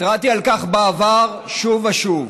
התרעתי על כך בעבר שוב ושוב,